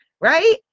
right